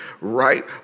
right